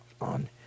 on